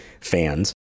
fans